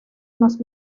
unos